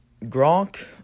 Gronk